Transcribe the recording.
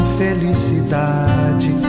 felicidade